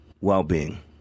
well-being